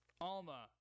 Alma